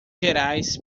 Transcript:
gerais